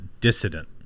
Dissident